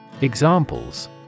Examples